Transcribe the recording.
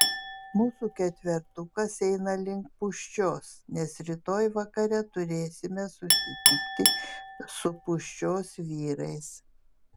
mūsų ketvertukas eina link pūščios nes rytoj vakare turėsime susitikti su pūščios vyrais